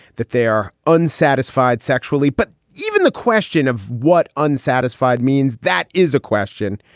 that they are unsatisfied sexually. but even the question of what unsatisfied means, that is a question.